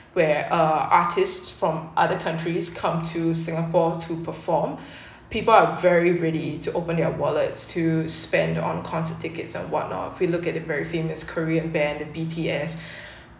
where uh artists from other countries come to singapore to perform people are very ready to open their wallets to spend on concert tickets or whatnot we look at a very famous korean band the BTS